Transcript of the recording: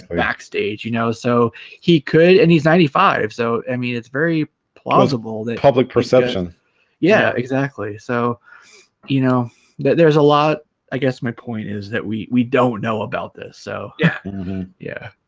ah backstage you know so he could and he's ninety five so i mean it's very plausible the public perception yeah exactly so you, know that there's a lot i guess my point is that we we don't know about this, so yeah yeah